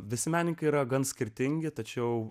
visi menininkai yra gan skirtingi tačiau